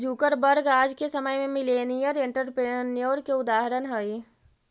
Zuckerberg आज के समय में मिलेनियर एंटरप्रेन्योर के उदाहरण हई